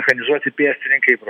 mechanizuoti pėstininkai